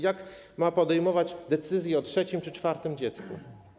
Jak ma podejmować decyzję o trzecim czy czwartym dziecku?